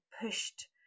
pushed